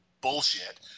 bullshit